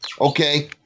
okay